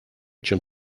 чем